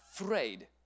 afraid